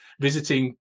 visiting